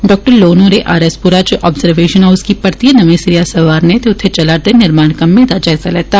डॉ loan होरें आरएसपुरा च अब्जरवेशन house गी परतियै नमें सिरेआ संवारने ते उत्थे चला रदे निर्माण कम्में दा जायजा लैता